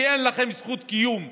כי אין לכם זכות קיום כממשלה.